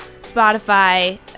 spotify